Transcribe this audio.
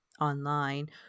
online